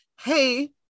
hey